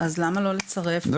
ולמה לא לצרף את זה למסמך הזה?